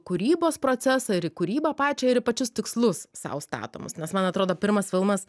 kūrybos procesą ir į kūrybą pačią ir į pačius tikslus sau statomus nes man atrodo pirmas filmas